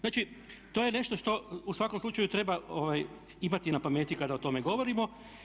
Znači to je nešto što u svakom slučaju treba imati na pameti kada o tome govorimo.